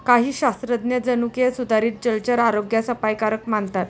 काही शास्त्रज्ञ जनुकीय सुधारित जलचर आरोग्यास अपायकारक मानतात